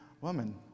woman